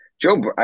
Joe –